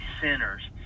sinners